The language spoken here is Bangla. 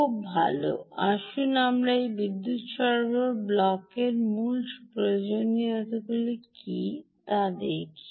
খুব ভাল আসুন আমরা এই বিদ্যুৎ সরবরাহ ব্লকের মূল প্রয়োজনীয়তাগুলি কী তা দেখি